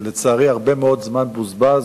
לצערי, הרבה מאוד זמן בוזבז